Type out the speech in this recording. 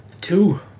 Two